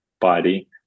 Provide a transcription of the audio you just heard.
body